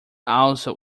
also